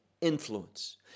influence